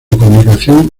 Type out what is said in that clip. comunicación